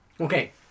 Okay